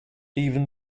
even